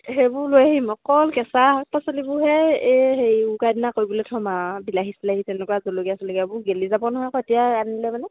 সেইবোৰ লৈ আহিম অকল কেঁচা শাক পাচলিবোৰহে এই হেৰি উৰুকাৰ দিনা কৰিবলে থ'ম আৰু বিলাহী চিলাহী তেনেকুৱা জলকীয়া চলকীয়াবোৰ গেলি যাব নহয় এতিয়া আনিলে মানে